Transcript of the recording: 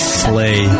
slay